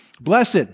Blessed